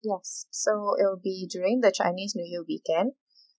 yes so it'll be during the chinese new year weekend